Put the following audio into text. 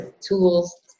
tools